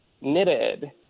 knitted